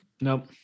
Nope